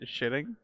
shitting